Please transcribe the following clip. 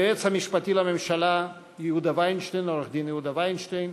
היועץ המשפטי לממשלה עורך-דין יהודה וינשטיין,